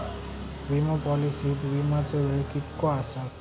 विमा पॉलिसीत विमाचो वेळ कीतको आसता?